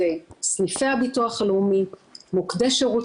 שהסניפים בביטוח לאומי שפזורים,